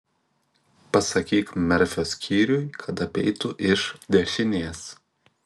pasakyk merfio skyriui kad apeitų iš dešinės